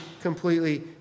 completely